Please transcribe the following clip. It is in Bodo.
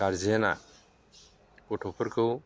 गारजेना गथ'फोरखौ